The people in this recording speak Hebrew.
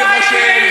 אני לא הייתי